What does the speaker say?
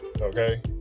Okay